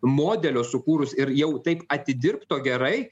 modelio sukūrus ir jau taip atidirbto gerai